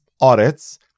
audits